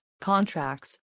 contracts